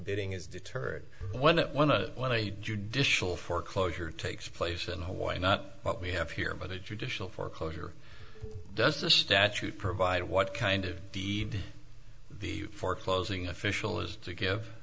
bidding is deterred when it went to when i judicial foreclosure takes place in hawaii not what we have here but a judicial foreclosure does the statute provide what kind of deed the foreclosing official has to give